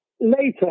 later